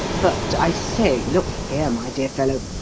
but, i say, look here, my dear fellow,